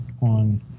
on